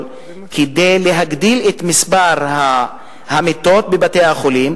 כדי להגדיל את מספר המיטות בבתי-החולים,